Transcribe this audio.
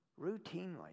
routinely